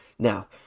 Now